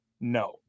no